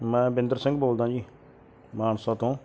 ਮੈਂ ਬਿੰਦਰ ਸਿੰਘ ਬੋਲਦਾ ਜੀ ਮਾਨਸਾ ਤੋਂ